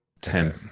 Ten